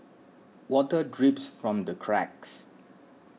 water drips from the cracks